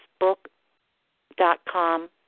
facebook.com